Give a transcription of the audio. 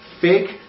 fake